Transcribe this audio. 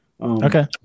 Okay